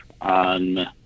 on